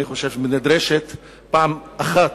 אני חושב שנדרש פעם אחת,